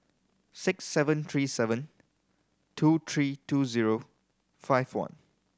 six seven three seven two three two zero five one